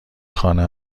خانه